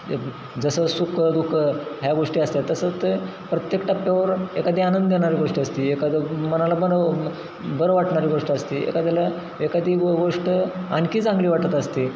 हे आप जसं सुख दु ख ह्या गोष्टी असतात तसं ते प्रत्येक टाप्प्यावर एखादी आनंद देणारी गोष्ट असते एखादं मनाला बरं बरं वाटणारी गोष्ट असते एखाद्याला एखादी व गोष्ट आणखी चांगली वाटत असते